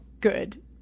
good